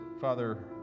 Father